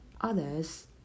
others